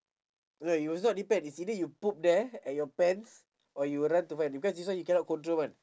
no it will not depend is either you poop there at your pants or you run to find because this one you cannot control [one]